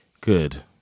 Good